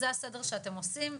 זה הסדר שאתם עושים.